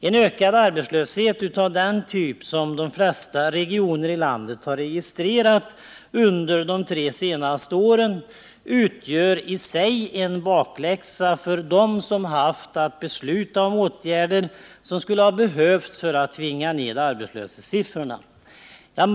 En ökad arbetslöshet av den typ som de flesta regioner i landet har registrerat under de tre senaste åren utgör i sig en bakläxa för dem som haft att besluta om åtgärder som skulle ha behövts för att tvinga ned arbetslöshetssiffrorna.